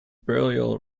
burial